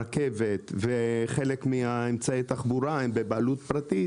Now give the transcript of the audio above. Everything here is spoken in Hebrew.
הרכבת וחלק מאמצעי התחבורה הם בבעלות פרטית